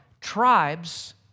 tribes